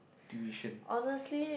tuition